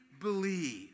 believe